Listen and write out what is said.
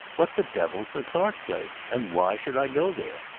what the devil's the clark place? and why should i go there?